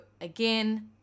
again